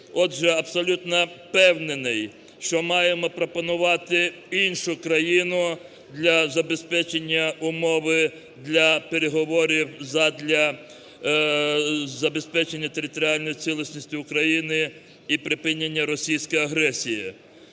Отже, абсолютно впевнений, що маємо пропонувати іншу країну для забезпечення умови для перего ворів задля забезпечення територіальної цілісності України і припинення російської агресії.